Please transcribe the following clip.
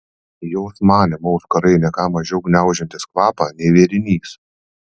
jos manymu auskarai ne ką mažiau gniaužiantys kvapą nei vėrinys